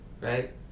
Right